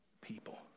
people